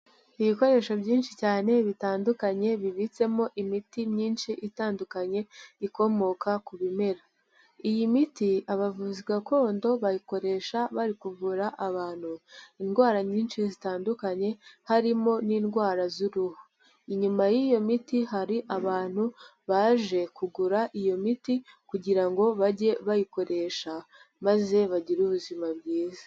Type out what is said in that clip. Ibikoresho byinshi cyane bitandukanye, bibitsemo imiti myinshi itandukanye, ikomoka ku bimera. Iyi miti, abavuzi gakondo bayikoresha bari kuvura abantu, indwara nyinshi zitandukanye, harimo n'indwara z'uruhu. Inyuma y'iyo miti hari abantu, baje kugura iyo miti kugira ngo bajye bayikoresha, maze bagire ubuzima bwiza.